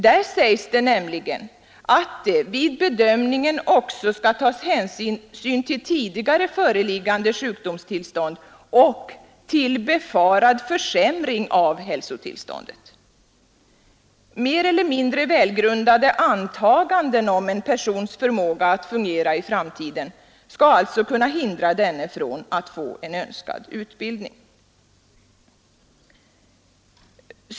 Där sägs nämligen att det vid bedömningen också skall tas hänsyn till tidigare föreliggande sjukdomstillstånd och till befarad försämring av hälsotillståndet. Mer eller mindre välgrundade antaganden om en persons förmåga att fungera i framtiden skall alltså kunna hindra denne från att få en önskad utbildning.